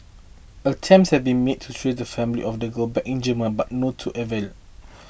attempts had been made to trace the family of the girl back in Germany but no to avail